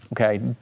Okay